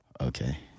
okay